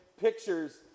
pictures